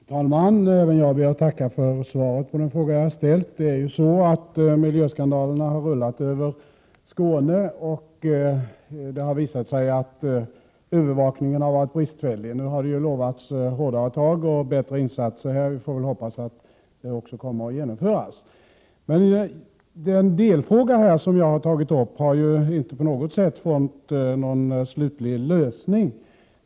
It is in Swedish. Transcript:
Fru talman! Även jag ber att få tacka för svaret på den fråga som jag har ställt. Miljöskandalerna har rullat över Skåne, och det har visat sig att övervakningen har varit bristfällig. Nu har det utlovats hårdare tag och bättre insatser, och vi får väl hoppas att de kommer att genomföras. Den delfråga som jag har tagit upp har inte på något sätt fått någon slutlig lösning.